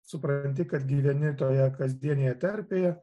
supranti kad gyveni toje kasdienėje terpėje